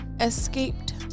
escaped